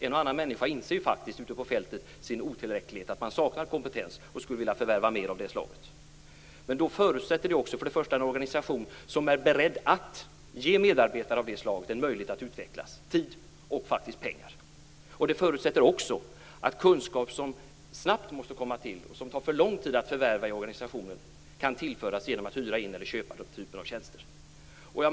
En och annan människa ute på fältet inser faktiskt sin otillräcklighet, att man saknar kompetens och skulle vilja förvärva mer av det slaget. Men det förutsätter en organisation som är beredd att ge medarbetare av det slaget en möjlighet att utvecklas - tid och pengar. Det förutsätter också att kunskap som snabbt måste komma till och som tar för lång tid att förvärva i organisationen kan tillföras genom att man hyr in eller köper den typen av tjänster.